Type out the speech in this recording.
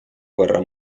guerra